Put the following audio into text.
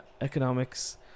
economics